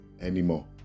anymore